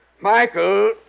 Michael